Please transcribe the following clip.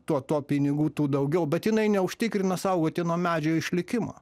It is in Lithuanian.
tuo tuo pinigų tų daugiau bet jinai neužtikrina saugotino medžio išlikimo